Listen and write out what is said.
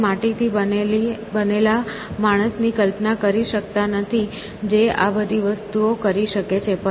આપણે માટીથી બનેલા માણસની કલ્પના કરી શકતા નથી જે આ બધી વસ્તુઓ કરી શકે છે